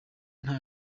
nta